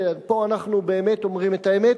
ופה אנחנו באמת אומרים את האמת,